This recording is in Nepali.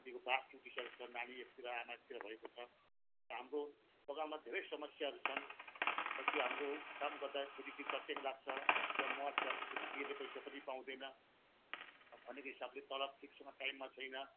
कतिको बास टुटिसकेका छन् नानी एकतिर आमा एकतिर भएको छ हाम्रो बगानमा धेरै समस्याहरू छन् कति हाम्रो काम गर्दाखेरि ती चट्ट्याङ लाग्छ त्यहाँ मर्छ त्यसको पैसा पनि पाउँदैन अब भनेको हिसाबले तलब ठिकसँग टाइममा छैन